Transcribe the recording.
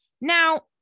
Now